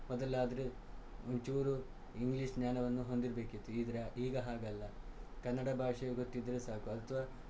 ಮೊದಲಾದರೆ ಒಂಚೂರು ಇಂಗ್ಲೀಷ್ ಜ್ಞಾನವನ್ನು ಹೊಂದಿರಬೇಕಿತ್ತು ಈದ್ರ ಈಗ ಹಾಗಲ್ಲ ಕನ್ನಡ ಭಾಷೆ ಗೊತ್ತಿದ್ದರೆ ಸಾಕು ಅಥ್ವಾ